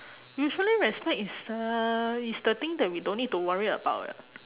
usually respect is uh is the thing that we don't need to worry about eh